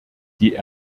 die